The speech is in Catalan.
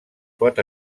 pot